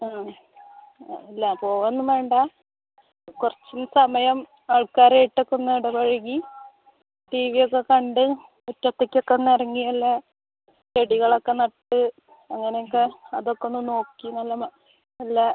ആ ഇല്ല പോവൊന്നും വേണ്ട കുറച്ച് സമയം ആൾക്കാരായിട്ടൊക്കൊന്നൂടെ പഴകി ടി വി ഒക്കെ കണ്ട് മുറ്റത്തെ ഒക്കെ ഒന്ന് ഇറങ്ങി എല്ലാ ചെടികളൊക്കെ നട്ട് അങ്ങനെ ഒക്കെ അതൊക്കൊന്ന് നോക്കി നല്ല നല്ല